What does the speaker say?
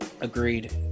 Agreed